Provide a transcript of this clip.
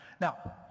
Now